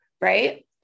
Right